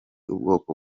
ubwoko